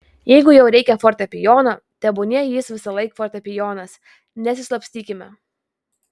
jeigu jau reikia fortepijono tebūnie jis visąlaik fortepijonas nesislapstykime